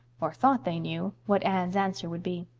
or thought they knew, what anne's answer would be.